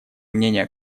мнения